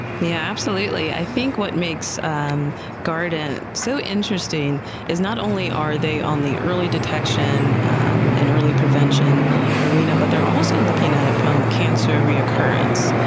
absolutely. i think what makes guardant so interesting is, not only are they on the early detection and early prevention arena, but they're also looking at it from cancer reoccurrence.